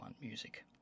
Music